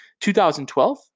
2012